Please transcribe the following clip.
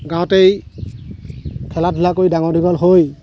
গাঁৱতেই খেলা ধূলা কৰি ডাঙৰ দীঘল হৈ